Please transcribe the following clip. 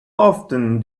often